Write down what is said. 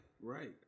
right